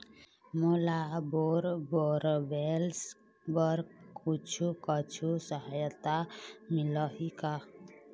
मोला bore borewells बर कुछू कछु सहायता मिलही का?